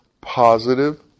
positive